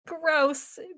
Gross